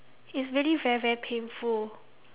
it's really very very painful